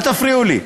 אל תפריעו לי.